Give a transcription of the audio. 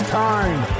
time